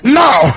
now